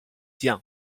武将